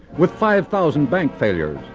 with five thousand bank failures,